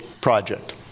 project